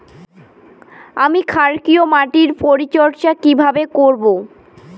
আমি ক্ষারকীয় মাটির পরিচর্যা কিভাবে করব?